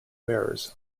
mirrors